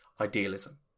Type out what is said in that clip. idealism